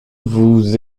vous